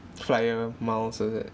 flyer miles is it